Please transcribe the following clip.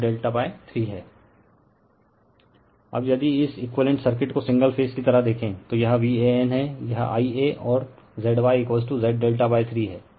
refer slide time 1427 अब यदि इस एकुइवेलेंट सर्किट को सिंगल फेज की तरह देखें तो यह Van है यह Ia और ZyZ∆ 3 है